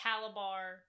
Calabar